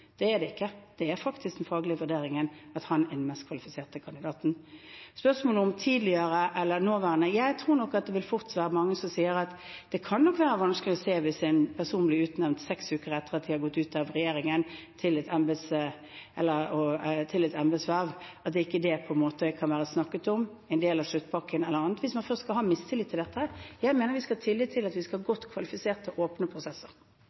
er den faglige vurderingen. Slik er det ikke. Det er faktisk den faglige vurderingen at han er den best kvalifiserte kandidaten. Til spørsmålet om tidligere eller nåværende: Jeg tror nok at det fort vil være mange som sier at det kan være vanskelig hvis en person blir utnevnt til et embete seks uker etter at man har gått ut av regjeringen, å se at det ikke kan være snakket om, eller er en del av sluttpakken eller annet – hvis man først skal ha mistillit til dette. Jeg mener vi skal ha tillit til at vi skal ha godt kvalifiserte og åpne prosesser.